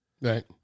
Right